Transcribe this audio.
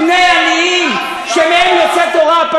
לא אכפת לך מבני עניים שמהם יוצאת תורה.